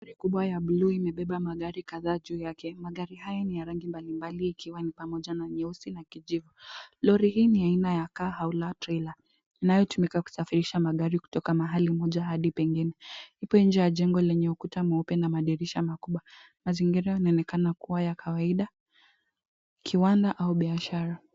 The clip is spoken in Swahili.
Lori ya buluu imebeba magari kadhaa juu yake. Magari haya ni ya rangi mbalimbali ikiwa ni pamoja na nyeusi na kijivu. Lori hii ni aina ya kaa au la trela inayotumika kusafirisha magari kutoka mahali moja hadi lingine. Lipo nje ya jengo lenye ukuta mweupe na madirisha makubwa. Mazingira yanaonekana kuwa ya kawaida, kiwanda au biashara.